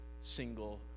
single